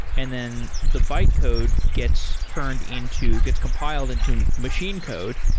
and then the bytecode gets turned into, gets compiled into machine code.